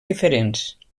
diferents